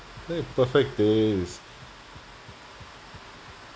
the perfect day is